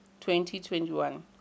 2021